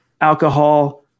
alcohol